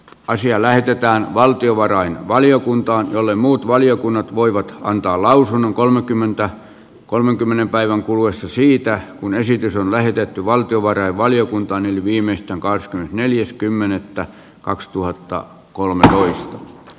asia lähetetään valtiovarainvaliokuntaan jolle muut valiokunnat voivat antaa lausunnon kolmekymmentä kolmenkymmenen päivän kuluessa siitä kun esitys on lähetetty valtiovarainvaliokuntaan viimeistään kahdeskymmenesneljäs kymmenettä kaksituhattakolmetoista